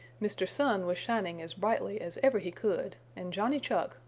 mr. sun was shining as brightly as ever he could and johnny chuck,